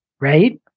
right